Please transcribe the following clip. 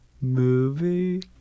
Movie